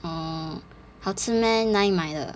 oh 好吃 meh 哪里买的